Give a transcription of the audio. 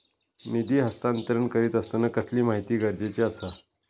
निधी हस्तांतरण करीत आसताना कसली माहिती गरजेची आसा?